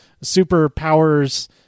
superpowers